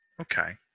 Okay